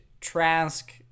Trask